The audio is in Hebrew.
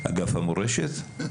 אגף המורשת?